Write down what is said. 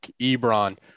Ebron